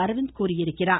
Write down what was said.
அர்விந்த் தெரிவித்திருக்கிறார்